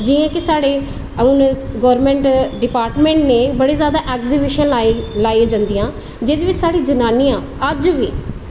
जियां की हून साढ़ी गौरमेंट डिपार्टमेंट नै बड़ी जादा एग्ज़ीविशन लाई जंदियां जेह्दे बिच साढ़ी जनानियां अज्ज बी